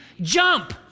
Jump